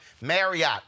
Marriott